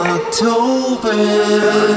October